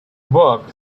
book